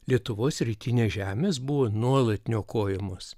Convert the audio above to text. lietuvos rytinės žemės buvo nuolat niokojamos